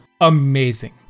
amazing